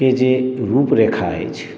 के जे रुप रेखा अछि